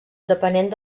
depenent